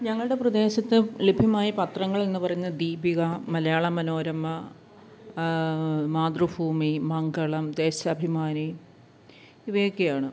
ഞങ്ങളുടെ പ്രദേശത്ത് ലഭ്യമായ പത്രങ്ങൾ എന്ന് പറയുന്നത് ദീപിക മലയാള മനോരമ മാതൃഭൂമി മംഗളം ദേശാഭിമാനി ഇവയൊക്കെയാണ്